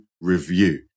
review